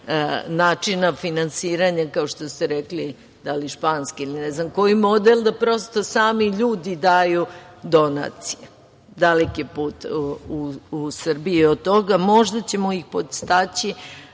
načina finansiranja kao što ste rekli da li španski ili ne znam koji model da prosto sami ljudi daju donacije. Dalek je put u Srbiji od toga. Možda ćemo ih podstaći